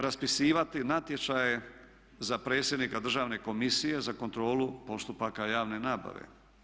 Raspisivati natječaje za predsjednika Državne komisije za kontrolu postupaka javne nabave.